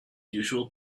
usual